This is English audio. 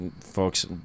folks